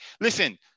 Listen